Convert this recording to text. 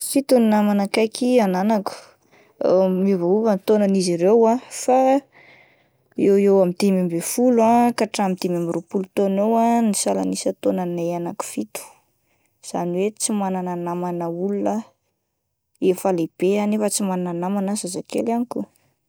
Fito ny namana akaiky ananako miovaova ny taonan'izy ireo ah fa eo eo amin'ny dimy ambin'ny folo ka hatramin'ny dimy amby roapolo taona eo ah ny salan'isa taonanay anaky fito, izany hoe tsy manana namana olona efa lehibe ah nefa tsy manana namana zazakely ihany koa.